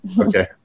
Okay